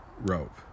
rope